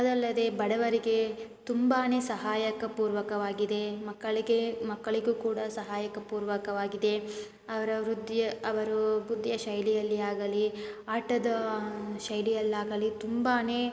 ಅದಲ್ಲದೆ ಬಡವರಿಗೆ ತುಂಬಾ ಸಹಾಯಕ ಪೂರ್ವಕವಾಗಿದೆ ಮಕ್ಕಳಿಗೆ ಮಕ್ಕಳಿಗೂ ಕೂಡ ಸಹಾಯಕ ಪೂರ್ವಕವಾಗಿದೆ ಅವ್ರವ್ರ ವೃತ್ತಿಯ ಅವರು ಬುದ್ಧಿಯ ಶೈಲಿಯಲ್ಲಿ ಆಗಲೀ ಆಟದ ಶೈಲಿಯಲ್ಲಾಗಲೀ ತುಂಬಾ